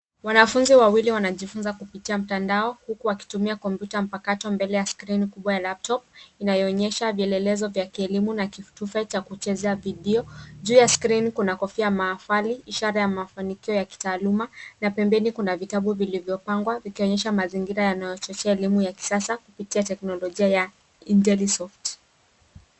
Wanafunzi wawili wanajifunza kupitia mtandao huku wakitumia kompyuta mpakato mbele ya skrini kubwa ya laptop , inayoonyesha vielelezo vya kielimu na kitufetufe ya kuchezea video. Juu ya skrini kuna kofia mahafali, ishara ya maafanikio ya kitaaluma na pembeni kuna vitabu vilivyopangwa vikionyesha mazingira yanao chochea elimu ya kisasa kupitia teknolojia ya Intellisoft.